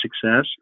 success